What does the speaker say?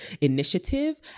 initiative